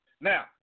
Now